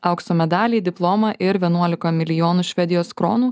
aukso medalį diplomą ir vienuolika milijonų švedijos kronų